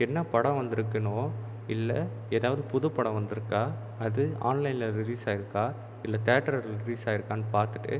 என்ன படம் வந்திருக்குன்னோ இல்லை ஏதாவது புது படம் வந்திருக்கா அது ஆன்லைனில் ரிலீஸ் ஆகியிருக்கா இல்லை தேட்டரில் ரிலீஸ் ஆகியிருக்கான்னு பார்த்துட்டு